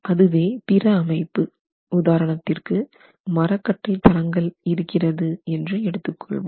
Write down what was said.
அதுவே பிற அமைப்பு உதாரணத்திற்கு மரக்கட்டை தளங்கள் இருக்கிறது என்று எடுத்துக் கொள்வோம்